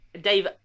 dave